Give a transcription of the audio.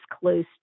close